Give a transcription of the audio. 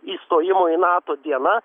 įstojimo į nato diena